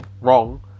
wrong